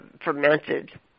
fermented